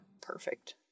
perfect